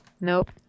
Nope